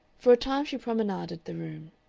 for a time she promenaded the room.